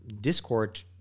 Discord